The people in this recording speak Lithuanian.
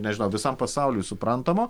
nežinau visam pasauliui suprantamo